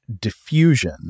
diffusion